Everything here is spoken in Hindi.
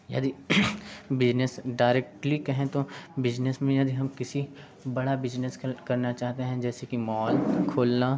यदि बिजनेस डायरेक्टली कहें तो बिजनेस में यदि हम किसी बड़ा बिजनेस कनेक्ट करना चाहते हैं जैसे कि मॉल खोलना